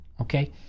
Okay